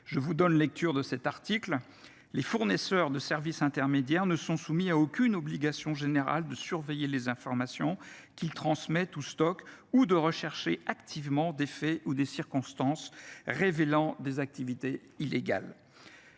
Je vous donne lecture de cet article :« Les fournisseurs de services intermédiaires ne sont soumis à aucune obligation générale de surveiller les informations qu’ils transmettent ou stockent ou de rechercher activement des faits ou des circonstances révélant des activités illégales.